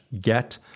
get